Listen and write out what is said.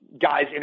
guys